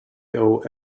owe